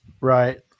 right